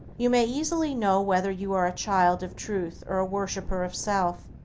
you may easily know whether you are a child of truth or a worshiper of self,